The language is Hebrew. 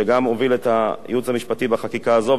שגם הוביל את הייעוץ המשפטי בחקיקה הזו,